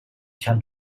can